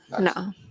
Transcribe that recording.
No